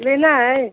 लेना है